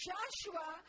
Joshua